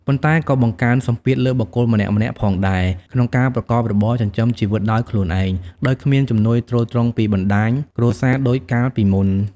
ប៉ុន្តែក៏បង្កើនសម្ពាធលើបុគ្គលម្នាក់ៗផងដែរ ក្នុងការប្រកបរបរចិញ្ចឹមជីវិតដោយខ្លួនឯង ដោយគ្មានជំនួយទ្រទ្រង់ពីបណ្តាញគ្រួសារដូចកាលពីមុន។